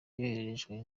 yohererejwe